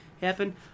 happen